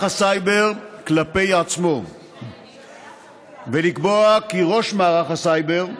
הסייבר כלפי עצמו ולקבוע כי ראש מערך הסייבר,